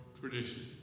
tradition